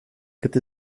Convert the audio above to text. gibt